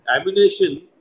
ammunition